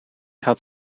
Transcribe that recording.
had